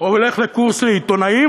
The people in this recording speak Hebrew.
הולך לקורס עיתונאים,